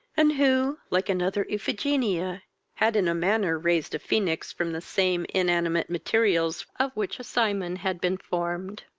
and who like another iphigenia had in a manner raised a phoenix from the same inanimate materials of which a cymon had been formed.